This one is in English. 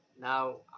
now